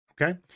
Okay